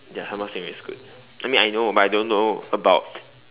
ya sambal it's good I mean I know but I don't know about